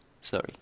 Sorry